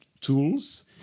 tools